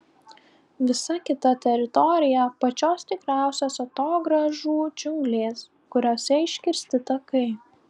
visa kita teritorija pačios tikriausios atogrąžų džiunglės kuriose iškirsti takai